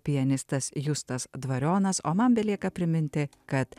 pianistas justas dvarionas o man belieka priminti kad